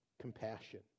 compassion